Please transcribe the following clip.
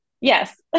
yes